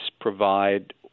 provide